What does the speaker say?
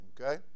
Okay